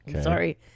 Sorry